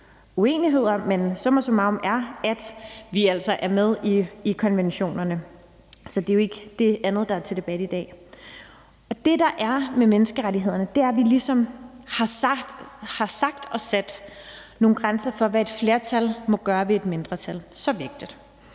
uenighed om det. Men summa summarum er, at vi altså er med i konventionerne. Så det er jo ikke det andet, der er til debat i dag. Med hensyn til menneskerettighederne har vi ligesom sagt og sat nogle grænser, for hvad et flertal må gøre ved et mindretal, og det